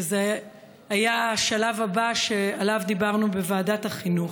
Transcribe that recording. זה היה השלב הבא שעליו דיברנו בוועדת החינוך.